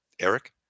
Eric